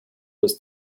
was